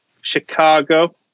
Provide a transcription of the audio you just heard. Chicago